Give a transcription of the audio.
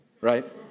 right